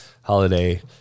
holiday